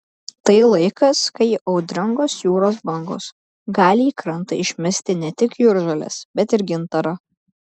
tai laikas kai audringos jūros bangos gali į krantą išmesti ne tik jūržoles bet ir gintarą